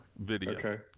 video